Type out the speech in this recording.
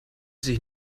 sich